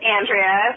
Andrea